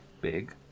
big